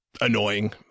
annoying